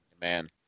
man